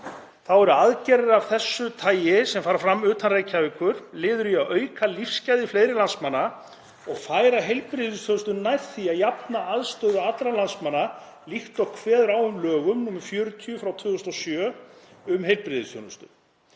Þá eru aðgerðir af þessu tagi sem fara fram utan Reykjavíkur liður í að auka lífsgæði fleiri landsmanna og færa heilbrigðisþjónustu nær því að jafna aðstöðu allra landsmanna líkt og kveður á um í lögum nr. 40/2007, um heilbrigðisþjónustu.